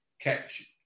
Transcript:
catch